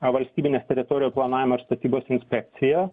valstybinės teritorijų planavimo ir statybos inspekciją